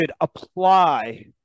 apply